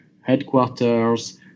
headquarters